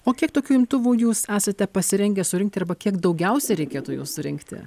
o kiek tokių imtuvų jūs esate pasirengę surinkti arba kiek daugiausia reikėtų jų surinkti